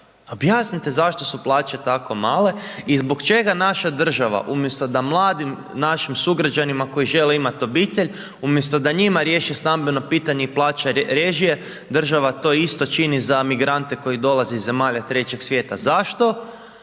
objasnite zašto su plaće tako male i zbog čega naša država umjesto da mladim našim sugrađanima koji žele imati obitelj, umjesto da njima riješi stambeno pitanje i plaća režije, država to isto čini za migrante koji dolaze iz zemalja Trećeg svijeta, zašto,